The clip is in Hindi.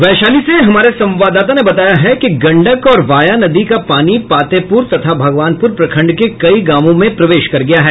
वैशाली से हमारे संवाददाता ने बताया है कि गंडक और वाया नदी का पानी पातेपुर तथा भगवानपुर प्रखंड के कई गांवों में प्रवेश कर गया है